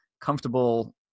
comfortable